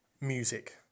music